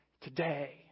Today